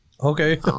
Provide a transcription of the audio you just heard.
Okay